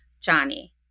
Johnny